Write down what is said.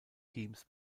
teams